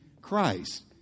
Christ